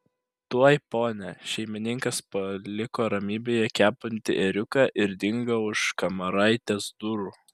tuoj pone šeimininkas paliko ramybėje kepantį ėriuką ir dingo už kamaraitės durų